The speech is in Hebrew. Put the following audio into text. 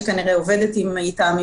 שכנראה עובדת איתם,